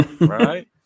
right